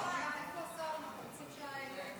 אדוני, אין שר, אנחנו רוצים שהוא יקשיב.